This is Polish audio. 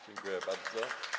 Dziękuję bardzo.